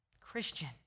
Christian